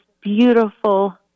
beautiful